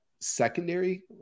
secondary